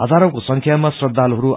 हजारौं श्रदालुहरू